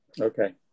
Okay